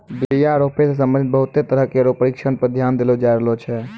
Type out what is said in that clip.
बीया रोपै सें संबंधित बहुते तरह केरो परशिक्षण पर ध्यान देलो जाय रहलो छै